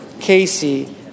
Casey